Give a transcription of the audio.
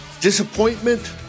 Disappointment